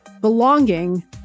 Belonging